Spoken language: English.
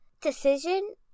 decision